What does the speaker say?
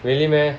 really meh